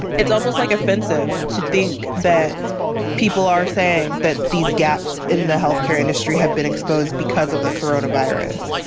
it's almost like offensive to think that people are saying that these gaps in the healthcare industry have been exposed because of the coronavirus.